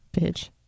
Bitch